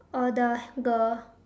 oh the girl